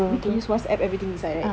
can use WhatsApp everything inside right